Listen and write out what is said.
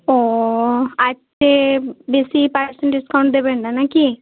ও আরচে বেশি percent discount দেবেন না নাকি